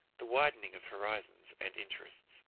the widening of horizons and interests.